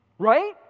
right